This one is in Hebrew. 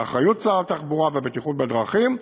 באחריות שר התחבורה והבטיחות בדרכים,